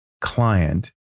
client